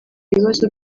ibibazo